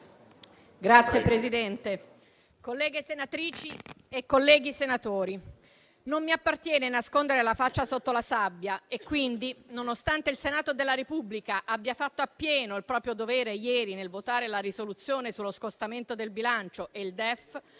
Signor Presidente, colleghe senatrici e colleghi senatori, non mi appartiene nascondere la faccia sotto la sabbia e quindi, nonostante il Senato della Repubblica abbia fatto appieno il proprio dovere ieri nel votare le risoluzioni sullo scostamento di bilancio e sul DEF,